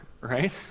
right